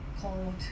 called